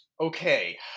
okay